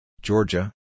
Georgia